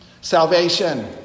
Salvation